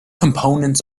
components